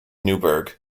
newburgh